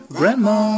Grandma